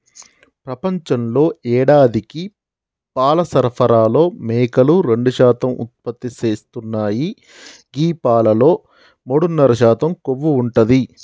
ప్రపంచంలో యేడాదికి పాల సరఫరాలో మేకలు రెండు శాతం ఉత్పత్తి చేస్తున్నాయి గీ పాలలో మూడున్నర శాతం కొవ్వు ఉంటది